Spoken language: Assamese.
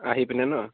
আহি পিনে নহ্